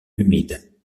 humide